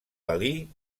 dalí